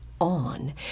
on